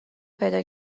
پیدا